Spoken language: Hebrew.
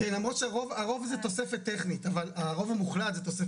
כמו שכתוב פה בתקנות ואנחנו משתדלים לעשות